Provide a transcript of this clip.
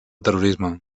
terrorisme